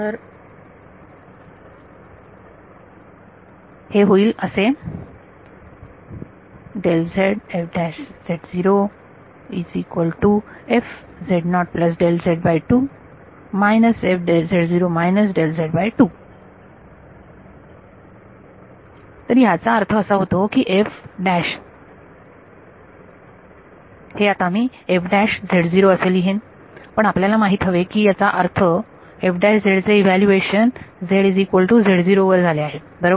तर हे होईल असे तरी ह्याचा अर्थ असा होतो की हे आता मी असे लिहेन पण आपल्याला हे माहीत हवे की याचा अर्थ चे ईव्हॅल्युएशन वर झाले आहे बरोबर